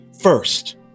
first